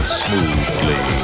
smoothly